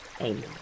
amen